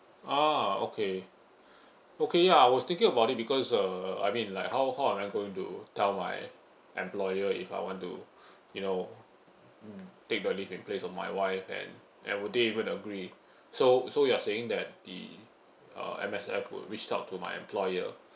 ah okay okay ya I was thinking about it because uh I mean like how how am I going to tell my employer if I want to you know mm take the leave in place of my wife and and would they even agree so so you're saying that the uh M_S_F will reach out to my employer